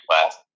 class